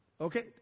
Okay